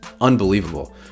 unbelievable